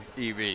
EV